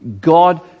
God